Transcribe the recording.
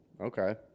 Okay